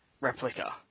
replica